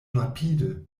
rapide